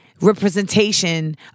representation